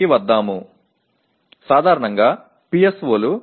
க்கு வரும்போது பொதுவாக P